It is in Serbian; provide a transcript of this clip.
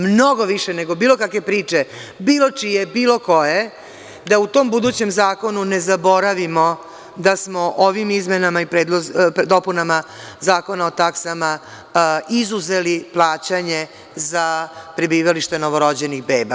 Mnogo više nego bilo kakve priče, bilo čije, bilo koje, da u tom budućem zakonu ne zaboravimo da smo ovim izmenama i dopunama Zakona o taksama izuzeli plaćanje za prebivalište novorođenih beba.